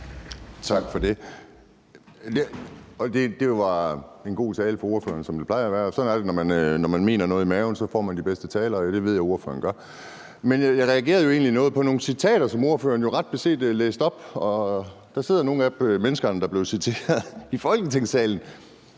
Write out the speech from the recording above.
Tak for det. Det var en god tale, som det plejer at være, fra ordføreren. Sådan er det, når man mener noget i maven, og det ved jeg ordføreren gør; så får man de bedste taler. Men jeg reagerede egentlig noget på nogle citater, som ordføreren jo læste op. Der sidder nogle af menneskerne, der blev citeret, i Folketingssalen,